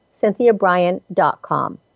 CynthiaBryan.com